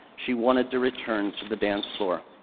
she wanted to return to the dance floor.